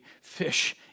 fish